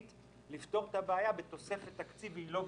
את הבעיה בתוספת תקציב לא גדולה.